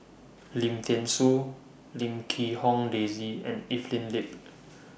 Lim Thean Soo Lim Quee Hong Daisy and Evelyn Lip